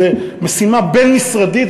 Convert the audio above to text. זו משימה בין-משרדית,